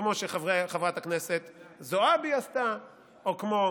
כמו שחברת הכנסת זועבי עשתה או כמו